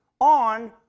on